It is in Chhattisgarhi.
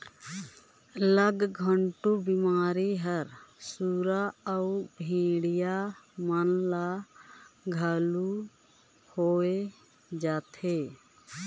गलघोंटू बेमारी हर सुरा अउ भेड़िया मन ल घलो होय जाथे